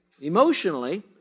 emotionally